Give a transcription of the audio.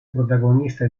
protagonista